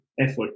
effort